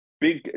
Big